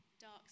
dark